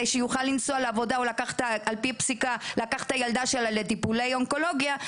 שיוכל לנסוע לעבודה או לקחת את הילדה שלו לטיפולי אונקולוגיה,